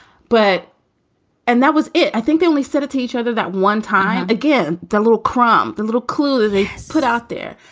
but and that was it. i think they only said to each other that one time again, the little crumb, the little clue they put out there.